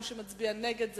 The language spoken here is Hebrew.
ומי שמצביע נגד,